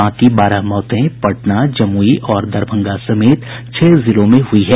बाकी बारह मौतें पटना जमुई और दरभंगा समेत छह जिलों में हुई हैं